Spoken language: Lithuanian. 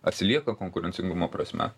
atsilieka konkurencingumo prasme